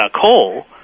coal